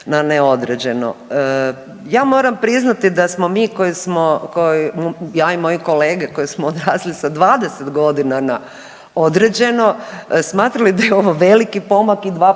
Ja moram priznati da smo mi koji smo, ja i moje kolege koji smo odrasli sa 20 godina na određeno smatrali da je ovo veliki pomak i dva puta